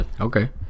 okay